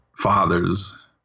fathers